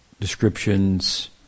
descriptions